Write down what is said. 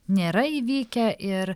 nėra įvykę ir